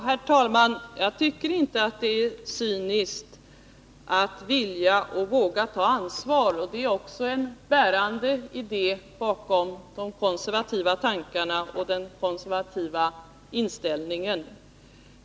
Herr talman! Jag tycker inte att det är cyniskt att vilja och våga ta ansvar. Det är också en bärande idé bakom de konservativa tankarna och den konservativa inställningen.